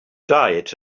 diet